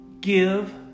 give